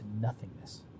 nothingness